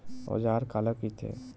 औजार काला कइथे?